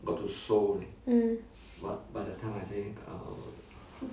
mm